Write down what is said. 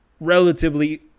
relatively